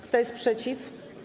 Kto jest przeciw?